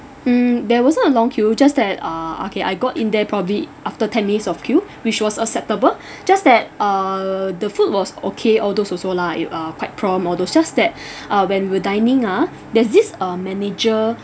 mm there wasn't a long queue just that uh okay I got in there probably after ten minutes of queue which was acceptable just that uh the food was okay all those also lah it uh quite prompt all those just that uh when we're dining ah there's this uh manager